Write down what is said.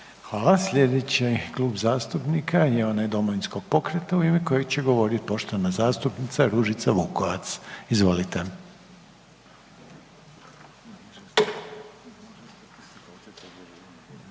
Hvala. Slijedeći Klub zastupnika je onaj Domovinskog pokreta u ime kojeg će govoriti poštovana zastupnica Ružica Vukovac. Izvolite.